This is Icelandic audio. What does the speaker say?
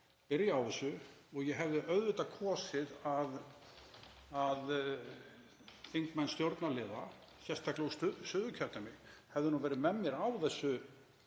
byrja á þessu. Ég hefði auðvitað kosið að þingmenn stjórnarliða, sérstaklega úr Suðurkjördæmi, hefðu nú verið með mér á þessari